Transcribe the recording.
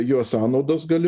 jo sąnaudos gali